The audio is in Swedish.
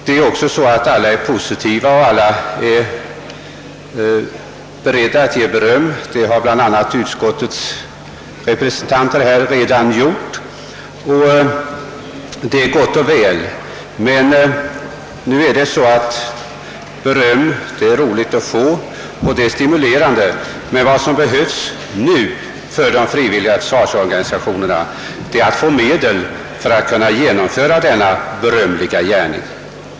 Alla är positiva, och alla är beredda att ge beröm åt dessa organisationers arbete — det har bl.a. utskottets representant här redan gjort — och det är gott och väl och glädjande. Det är roligt och stimulerande att få beröm, men vad de frivilliga försvarsorganisationerna nu behöver är medel för att kunna fullfölja denna av alla berömda gärning.